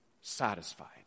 satisfied